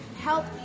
help